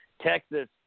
texas